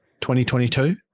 2022